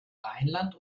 rheinland